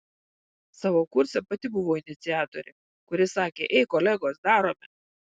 savo kurse pati buvau iniciatorė kuri sakė ei kolegos darome